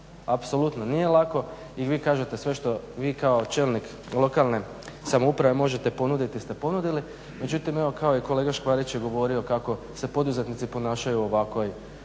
Apsolutno nije lako i vi kažete sve što vi kao čelnik lokalne samouprave možete ponuditi ste ponudili. Međutim, evo kao i kolega Škvarić je govorio kako se poduzetnici ponašaju u ovakvom